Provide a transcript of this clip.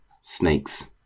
Snakes